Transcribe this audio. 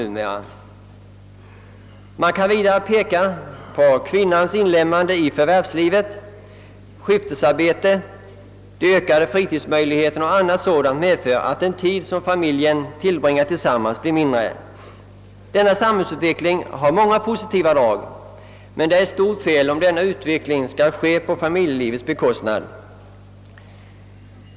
Vidare kan man peka på kvinnans inlemmande i förvärvslivet, skiftesarbetet, de ökade fritidsmöjligheterna och annat sådant, som medför att den tid familjens medlemmar tillbringar tillsammans blir mindre. Denna samhällsutveckling har många positiva drag, men det är ett stort fel om den skall gå ut över familjelivet.